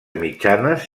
mitjanes